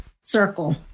circle